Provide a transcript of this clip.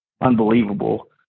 unbelievable